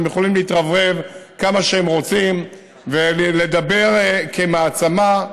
והם יכולים להתרברב כמה שהם רוצים ולדבר כמעצמה.